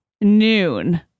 noon